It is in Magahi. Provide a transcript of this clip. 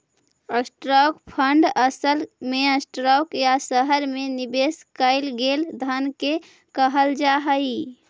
स्टॉक फंड असल में स्टॉक या शहर में निवेश कैल गेल धन के कहल जा हई